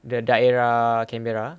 the daerah canberra